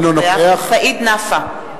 אינו נוכח סעיד נפאע,